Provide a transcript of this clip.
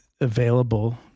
available